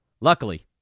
Luckily